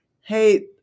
Hey